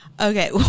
Okay